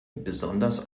besonders